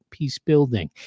peacebuilding